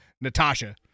natasha